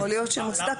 לא, יכול להיות שמוצדק.